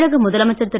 தமிழக முதலமைச்சர் திரு